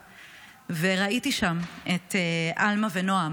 וראיתי שם את עלמה ונעם,